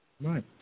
Right